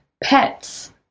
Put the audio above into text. Pets